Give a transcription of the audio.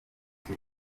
call